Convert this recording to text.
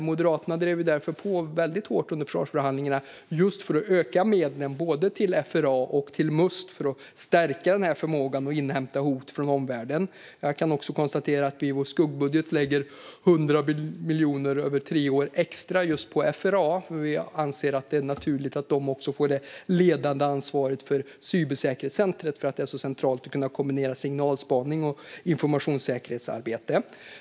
Moderaterna drev därför på väldigt hårt under försvarsförhandlingarna just för att öka medlen både till FRA och till Must för att stärka förmågan att inhämta hot från omvärlden. Jag kan också konstatera att vi i vår skuggbudget lägger 100 miljoner över tre år extra just på FRA. Vi anser att det är naturligt att de får det ledande ansvaret för cybersäkerhetscentret, för det är centralt att kunna kombinera signalspaning och informationssäkerhetsarbete.